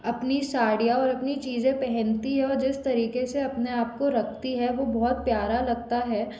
अपनी साड़ियाँ और अपनी चीज़ें पहनती है और जिस तरीके से अपने आपको रखती है वो बहुत प्यारा लगता है